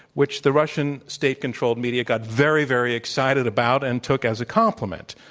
which the russian state-controlled media got very, very excited about and took as a compliment.